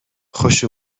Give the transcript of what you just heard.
خوش